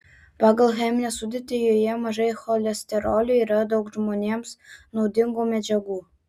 pagal cheminę sudėtį joje mažai cholesterolio yra daug žmonėms naudingų medžiagų